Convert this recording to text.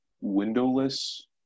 windowless